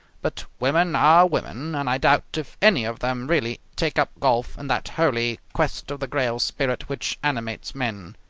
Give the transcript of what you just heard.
but women are women, and i doubt if any of them really take up golf in that holy, quest-of-the-grail spirit which animates men.